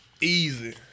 Easy